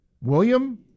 William